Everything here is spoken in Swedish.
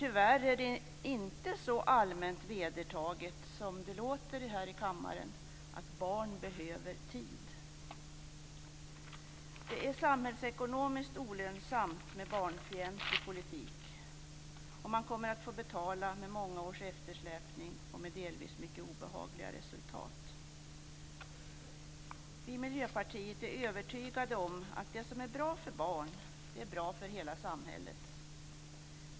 Tyvärr är det inte så allmänt vedertaget som det låter här i kammaren att barn behöver tid. Det är samhällsekonomiskt olönsamt med en barnfientlig politik, och man kommer att få betala med många års eftersläpning och med delvis mycket obehagliga resultat. Vi i Miljöpartiet är övertygade om att det som är bra för barn är bra för hela samhället.